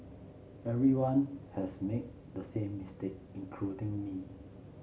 everyone has made the same mistake including me